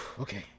Okay